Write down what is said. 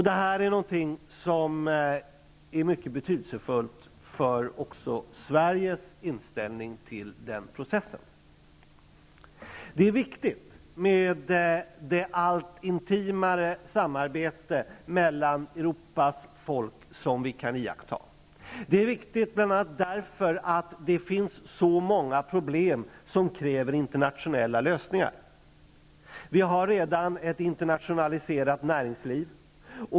Detta är någonting som är mycket betydelsefullt också för Sveriges inställning till den processen. Det är viktigt med det allt intimare samarbetet mellan Europas folk, som vi kan iaktta. Det är viktigt, menar jag, därför att det finns så många problem som kräver internationella lösningar. Vi har redan ett internationaliserat näringsliv.